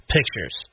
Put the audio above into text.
Pictures